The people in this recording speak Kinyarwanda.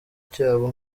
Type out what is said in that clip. cyabo